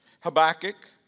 Habakkuk